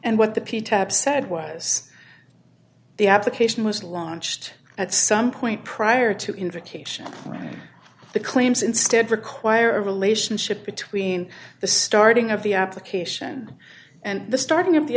and what the p type said was the application was launched at some point prior to invocation the claims instead require a relationship between the starting of the application and the starting of the